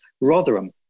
Rotherham